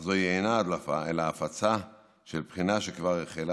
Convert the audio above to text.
אך זוהי אינה הדלפה אלא הפצה של בחינה שכבר החלה.